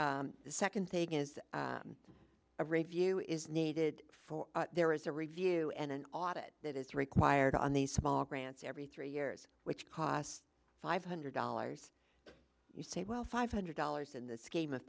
the second thing is that a review is needed for there is a review and an audit that is required on these small grants every three years which costs five hundred dollars you say well five hundred dollars in the scheme of